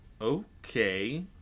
okay